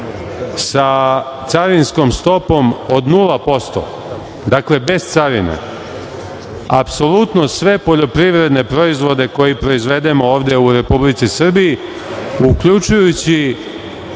sa carinskom stopom od 0%, dakle bez carine, apsolutno sve poljoprivredne proizvode koje proizvedemo ovde u Republici Srbiji, uključujući